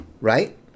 right